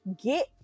Get